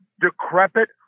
decrepit